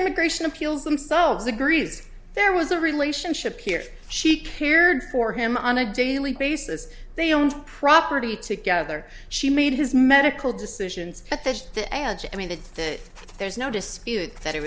immigration appeals themselves agrees there was a relationship here she cared for him on a daily basis they owned property together she made his medical decisions i mean that there's no dispute that